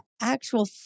actual